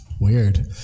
Weird